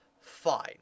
fine